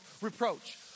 reproach